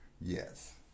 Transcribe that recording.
yes